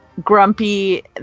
Grumpy